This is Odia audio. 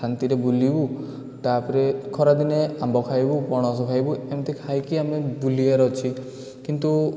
ଶାନ୍ତିରେ ବୁଲିବୁ ତା'ପରେ ଖରାଦିନେ ଆମ୍ବ ଖାଇବୁ ପଣସ ଖାଇବୁ ଏମିତି ଖାଇକି ଆମେ ବୁଲିବାର ଅଛି କିନ୍ତୁ